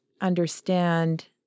understand